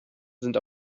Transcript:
sind